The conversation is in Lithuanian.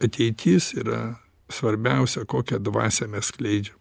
ateitis yra svarbiausia kokią dvasią mes skleidžiam